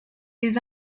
les